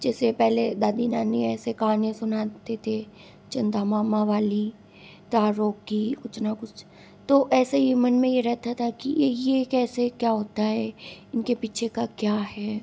जैसे पहले दादी नानी ऐसे कहानियाँ सुनाती थी चंदा मामा वाली तारों की कुछ न कुछ तो ऐसे ही मन में यह रहता था कि यह कैसे क्या होता है इनके पीछे का क्या है